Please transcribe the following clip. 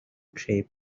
shape